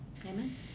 Amen